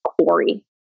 quarry